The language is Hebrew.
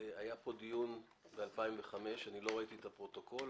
היה פה דיון ב-2005 לא ראיתי את הפרוטוקול,